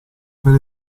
per